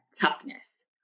toughness